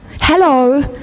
Hello